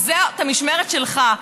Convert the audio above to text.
וזאת המשמרת שלך.